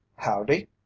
Howdy